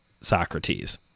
Socrates